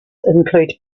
include